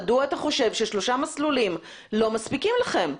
מדוע אתה חושב ששלושה מסלולים לא מספיקים לכם?